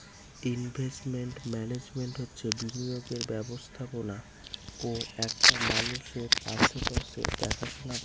investment management হচ্ছে বিনিয়োগের ব্যবস্থাপনা ও একটা মানুষের আসেটসের দেখাশোনা করা